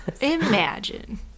Imagine